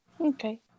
Okay